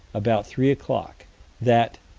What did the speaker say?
about three o'clock that,